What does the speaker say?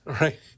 right